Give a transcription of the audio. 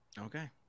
Okay